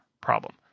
problem